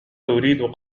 أريد